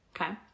Okay